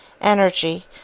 energy